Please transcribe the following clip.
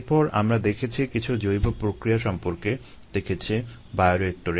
এরপর আমরা দেখেছি কিছু জৈবপ্রক্রিয়া সম্পর্কে দেখেছি বায়োরিয়েক্টরে